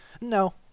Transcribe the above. no